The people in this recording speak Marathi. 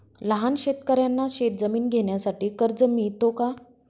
लहान शेतकऱ्यांना शेतजमीन घेण्यासाठी कर्ज मिळतो का?